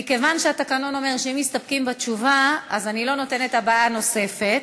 והתקנון אומר שאם מסתפקים בתשובה אני לא נותנת הבעת דעה נוספת,